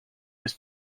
his